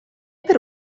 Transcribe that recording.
per